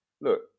Look